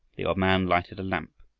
the old man lighted a lamp,